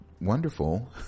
wonderful